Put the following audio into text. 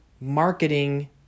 marketing